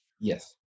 Yes